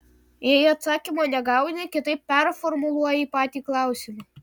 jei atsakymo negauni kitaip performuluoji patį klausimą